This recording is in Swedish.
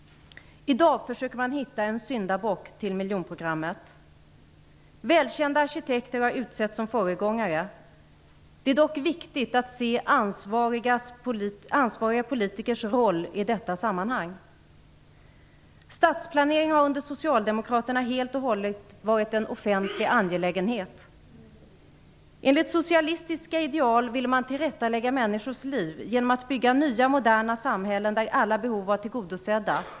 I dag försöker man hitta en syndabock till miljonprogrammet. Välkända arkitekter har utsetts som föregångare. Det är dock viktigt att se ansvariga politikers roll i detta sammanhang. Stadsplanering har under socialdemokraterna helt och hållet varit en offentlig angelägenhet. Enligt socialistiska ideal ville man tillrättalägga människors liv genom att bygga nya moderna samhällen där alla behov var tillgodosedda.